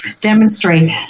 demonstrate